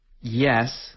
Yes